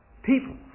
People